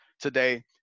today